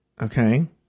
okay